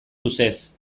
luzez